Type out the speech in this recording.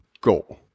go